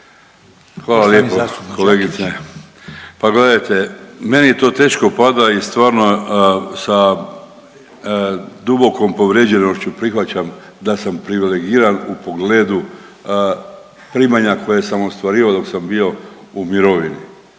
Hvala lijepo kolegice. Pa gledajte, meni to teško pada i stvarno sa dubokom povrijeđenošću prihvaćam da sam privilegiran u pogledu primanja koja sam ostvarivao dok sam bio u mirovini.